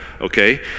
okay